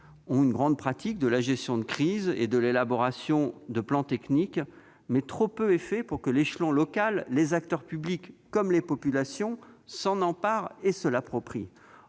ont une grande pratique de la gestion de crise et de l'élaboration de plans techniques, mais trop peu est fait pour que l'échelon local, les acteurs publics comme les populations s'en emparent et se l'approprient.